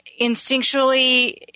instinctually